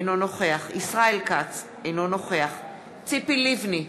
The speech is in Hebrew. אינו נוכח ישראל כץ, אינו נוכח ציפי לבני,